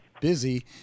busy